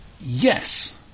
Yes